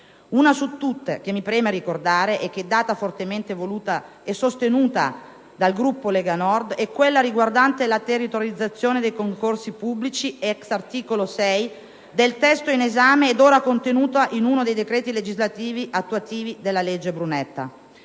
Una su tutte che mi preme ricordare, e che è stata fortemente voluta e sostenuta dal Gruppo Lega Nord, è quella riguardante la territorializzazione dei concorsi pubblici, *ex* articolo 6 del testo in esame, ed ora contenuta in uno dei decreti legislativi attuativi della legge Brunetta.